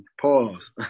Pause